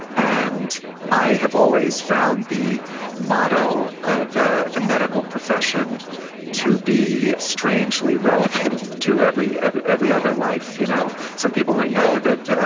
and i have always found the motto of ah the medical profession to be strangely relevant to every every other life. you know some people might know that,